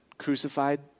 crucified